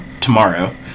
tomorrow